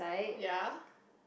ya